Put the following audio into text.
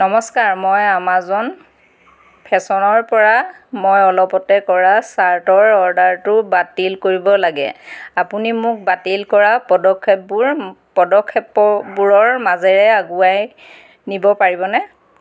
নমস্কাৰ মই আমাজন ফেশ্বনৰ পৰা মই অলপতে কৰা ছাৰ্টৰ অৰ্ডাৰটো বাতিল কৰিব লাগে আপুনি মোক বাতিল কৰা পদক্ষেপবোৰ পদক্ষেপবোৰৰ মাজেৰে আগুৱাই নিব পাৰিবনে